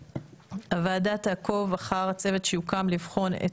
הוועדה תעקוב אחר הצוות שיוקם לבחון את